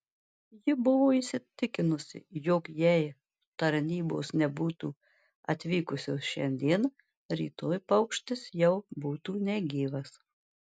ji buvo įsitikinusi jog jei tarnybos nebūtų atvykusios šiandien rytoj paukštis jau būtų negyvas